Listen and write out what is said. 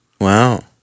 Wow